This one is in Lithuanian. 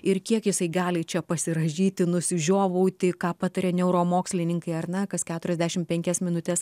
ir kiek jisai gali čia pasirąžyti nusižiovauti ką pataria neuromokslininkai ar na kas keturiasdešim penkias minutes